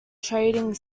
trading